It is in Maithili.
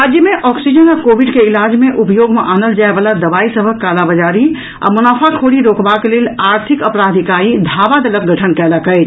राज्य मे ऑक्सीजन आ कोविड के इलाज मे उपयोग मे आनल जाय वला दवाई सभक कालाबाजारी आ मुनाफाखोरी रोकबाक लेल आर्थिक अपराध इकाई धावा दलक गठन कयलक अछि